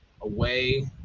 away